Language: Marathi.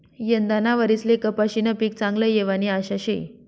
यंदाना वरीसले कपाशीनं पीक चांगलं येवानी आशा शे